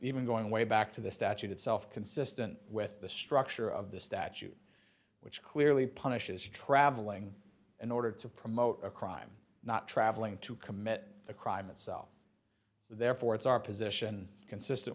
even going way back to the statute itself consistent with the structure of the statute which clearly punishes traveling in order to promote a crime not traveling to commit the crime itself therefore it's our position consistent